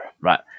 Right